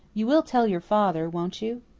you will tell your father, won't you?